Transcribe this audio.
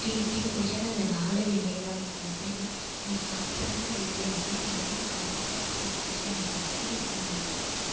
tea tea குடித்தாதான் இந்த நாளே நிறைவாக இருக்கும் எப்படின்னா நான் சாப்பிடுறனோ இல்லையோ மூணு வேலையும் கரெக்டாக டீ குடிச்சுடுவேன் எனக்கு டீ இருந்தால் மட்டும் போதும்